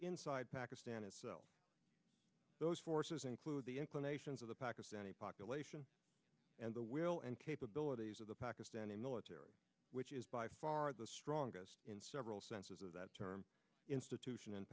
inside pakistan itself those forces include the inclinations of the pakistani population and the will and capabilities of the pakistani military which is by far the strongest in several senses of that term institution in